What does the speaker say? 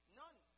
none